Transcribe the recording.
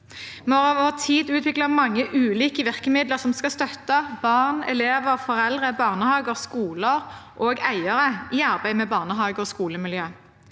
Vi har over tid utviklet mange ulike virkemidler som skal støtte barn, elever, foreldre, barnehager, skoler og eiere i arbeidet med barnehageog skolemiljø.